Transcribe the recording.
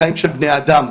בחיים של בני אדם.